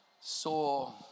saw